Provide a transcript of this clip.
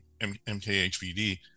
MKHVD